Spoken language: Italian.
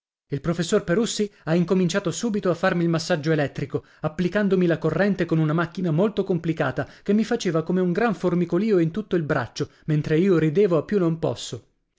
il professor perussi ha incominciato subito a farmi il massaggio elettrico applicandomi la corrente con una macchina motto complicata che mi faceva come un gran formicolìo in tutto il braccio mentre io ridevo a più non posso